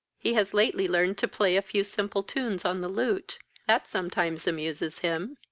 he has lately learned to play a few simple tunes on the lute that sometimes amuses him.